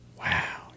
Wow